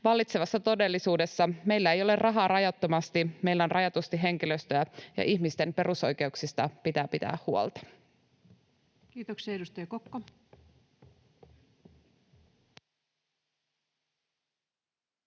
Vallitsevassa todellisuudessa meillä ei ole rahaa rajattomasti, meillä on rajatusti henkilöstöä, ja ihmisten perusoikeuksista pitää pitää huolta. [Speech 706]